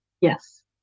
Yes